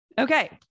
Okay